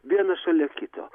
vienas šalia kito